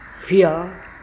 fear